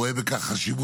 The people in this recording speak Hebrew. אדוני השר, השר נמצא?